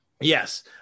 Yes